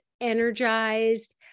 energized